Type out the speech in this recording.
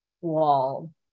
wall